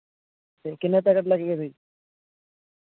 ਅਤੇ ਕਿੰਨੇ ਪੈਕਟ ਲੈ ਕੇ ਗਏ ਸੀ